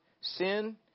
sin